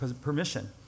permission